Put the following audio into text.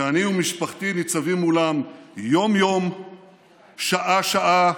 שאני ומשפחתי ניצבים מולם יום-יום, שעה-שעה,